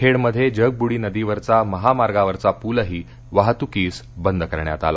खेडमध्ये जगबूडी नदीवरचा महामार्गावरचा पूलही वाहतूकीस बंद करण्यात आला